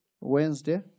Wednesday